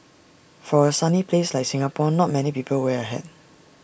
for A sunny place like Singapore not many people wear A hat